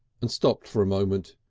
and stopped for a moment.